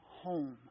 home